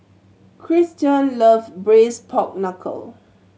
Christion love Braised Pork Knuckle